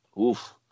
Oof